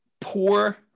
poor